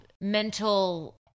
mental